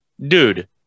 dude